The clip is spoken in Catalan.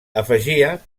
afegia